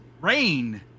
rain